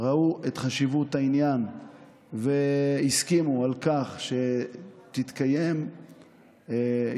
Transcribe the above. ראו את חשיבות העניין והסכימו שיתקיים הליך